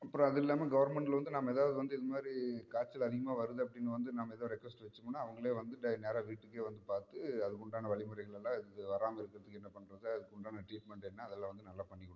அப்புறம் அது இல்லாமல் கவர்மெண்டில் நம்ம ஏதாவது வந்து இதுமாதிரி காய்ச்சல் அதிகமாக வருது அப்படினு வந்து நம்ம ஏதோ ரெக்வெஸ்ட் வச்சமுன்னால் அவர்களே வந்து டே நேராக வீட்டுக்கே வந்து பார்த்து அதுக்குண்டான வழிமுறைகள் எல்லாம் இதுக்கு வராமல் இருக்கிறதுக்கு என்ன பண்ணுறது அதுக்கு உண்டான ட்ரீட்மெண்டு என்ன அதெல்லாம் வந்து நல்லா பண்ணிக்கொடுக்குறாங்க